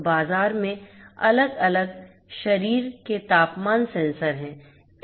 तो बाजार में अलग अलग शरीर के तापमान सेंसर हैं